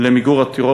למיגור הטרור.